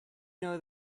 know